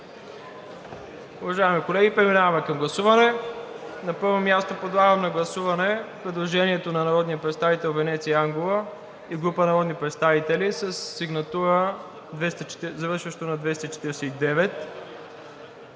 Уважаеми колеги, преминаваме към гласуване. На първо място подлагам на гласуване предложението на народния представител Венеция Ангова и група народни представители със сигнатура, завършваща на 249,